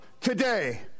today